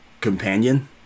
companion